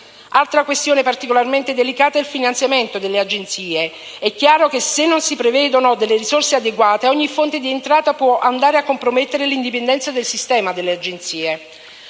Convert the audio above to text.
Altra questione particolarmente delicata è il finanziamento delle Agenzie. È chiaro che se non si prevedono risorse adeguate, ogni fonte di entrata può andare a compromettere l'indipendenza del sistema delle Agenzie.